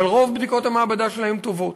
אבל רוב בדיקות המעבדה שלהם טובות.